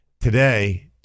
Today